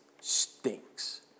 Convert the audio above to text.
stinks